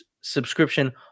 subscription